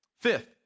Fifth